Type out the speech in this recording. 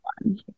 one